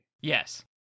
Yes